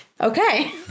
Okay